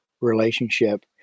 relationship